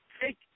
Take